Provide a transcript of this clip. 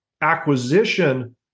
acquisition